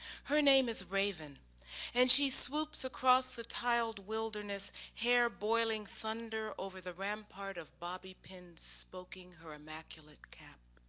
her name is raven and she swoops across the tiled wilderness, hair boiling thunder over the rampart of bobby pins poking her immaculate cap.